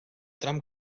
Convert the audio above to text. tram